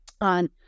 on